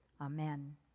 Amen